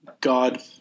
God